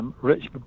Rich